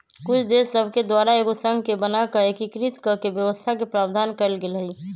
कुछ देश सभके द्वारा एगो संघ के बना कऽ एकीकृत कऽकेँ व्यवस्था के प्रावधान कएल गेल हइ